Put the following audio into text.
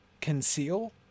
conceal